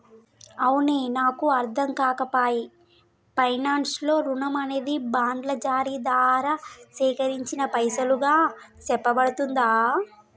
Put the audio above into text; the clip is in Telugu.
అవునే నాకు అర్ధంకాక పాయె పైనాన్స్ లో రుణం అనేది బాండ్ల జారీ దారా సేకరించిన పైసలుగా సెప్పబడుతుందా